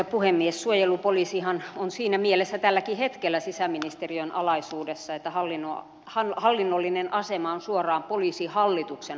suojelupoliisihan on siinä mielessä tälläkin hetkellä sisäministeriön alaisuudessa että hallinnollinen asema on suoraan poliisihallituksen alaisuudessa